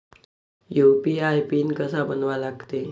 UPI PIN कसा बनवा लागते?